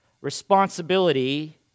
responsibility